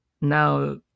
Now